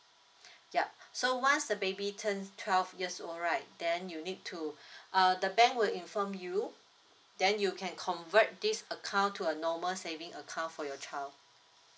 yup so once the baby turns twelve years old right then you need to uh the bank will inform you then you can convert this account to a normal saving account for your child